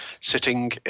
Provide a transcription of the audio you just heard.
sitting